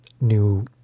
new